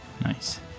Nice